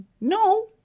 no